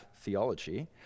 theology